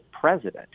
president